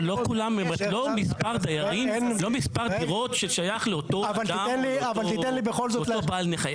אבל לא מספר דירות ששייך לאותו בעל נכס.